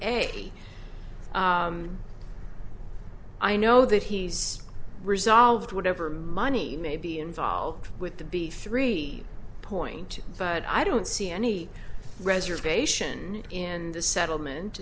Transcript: a i know that he's resolved whatever money may be involved with the b three point two but i don't see any reservation in the settlement